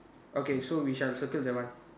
okay so we shall circle that one